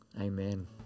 Amen